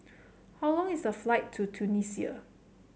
how long is the flight to Tunisia